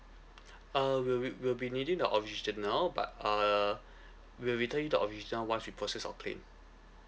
uh will we we'll be needing the original but uh we'll be tell you the original once we process our claim